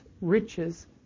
riches